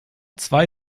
zwei